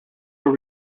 were